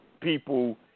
people